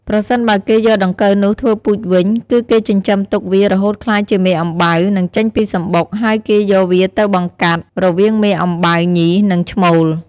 ប្រសិនបើគេយកដង្កូវនោះធ្វើពូជវិញ គឺគេចិញ្ចឹមទុកវារហូតក្លាយជាមេអំបៅ នឹងចេញពីសំបុក ហើយគេយកវាទៅបង្កាត់ រវាងមេអំបៅញី និងឈ្មោល។